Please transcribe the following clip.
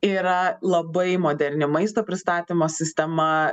yra labai moderni maisto pristatymo sistema